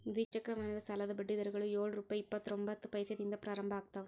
ದ್ವಿಚಕ್ರ ವಾಹನದ ಸಾಲದ ಬಡ್ಡಿ ದರಗಳು ಯೊಳ್ ರುಪೆ ಇಪ್ಪತ್ತರೊಬಂತ್ತ ಪೈಸೆದಿಂದ ಪ್ರಾರಂಭ ಆಗ್ತಾವ